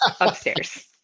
upstairs